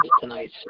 tonight